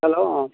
hello অ